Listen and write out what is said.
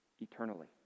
eternally